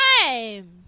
Time